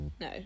no